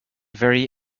very